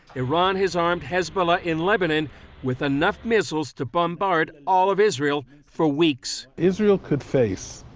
iran has armed hezbollah in lebanon with enough missiles to bombard all of israel for weeks. israel could face